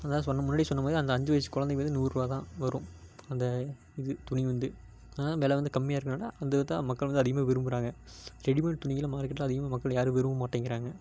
அதுதான் சொன்ன முன்னாடியே சொன்ன மாதிரி அந்த அஞ்சு வயது கொழந்தைக்கு வந்து நூறுருபா தான் வரும் அந்த இது துணி வந்து அதனால் வெலை வந்து கம்மியாக இருக்குறதுனால் அதை தான் மக்கள் வந்து அதிகமாக விரும்புகிறாங்க ரெடிமேட் துணிகளை மார்க்கெட்டில் அதிகமாக மக்கள் யாரும் விரும்ப மாட்டேங்கிறாங்க